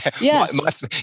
Yes